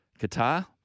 Qatar